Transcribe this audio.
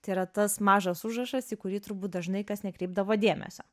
tai yra tas mažas užrašas į kurį turbūt dažnai kas nekreipdavo dėmesio